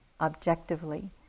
objectively